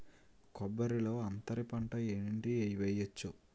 కొబ్బరి లో అంతరపంట ఏంటి వెయ్యొచ్చు?